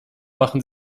machen